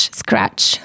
scratch